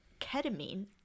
ketamine